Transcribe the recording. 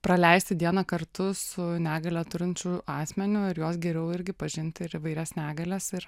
praleisti dieną kartu su negalią turinčiu asmeniu ir juos geriau irgi pažinti ir įvairias negalias ir